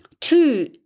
Two